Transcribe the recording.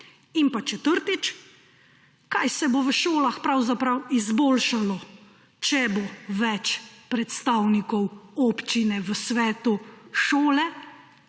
In četrtič, kaj se bo v šolah pravzaprav izboljšalo, če bo več predstavnikov občine v svetu šole,